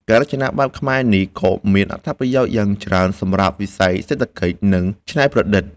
ការរចនាបែបខ្មែរនេះក៏មានអត្ថប្រយោជន៍យ៉ាងច្រើនសម្រាប់វិស័យសេដ្ឋកិច្ច និងច្នៃប្រឌិត។